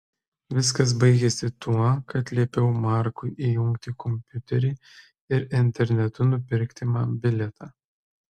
viskas baigėsi tuo kad liepiau markui įjungti kompiuterį ir internetu nupirkti man bilietą